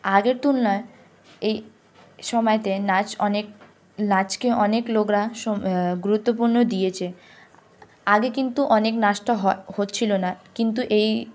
আগের তুলনায় এই সময়তে নাচ অনেক নাচকে অনেক লোকরা সোম গুরুত্ব দিয়েছে আগে কিন্তু অনেক নাচটা হয় হচ্ছিল না কিন্তু এই